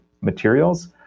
materials